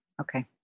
Okay